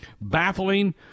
baffling